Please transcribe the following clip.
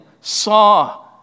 saw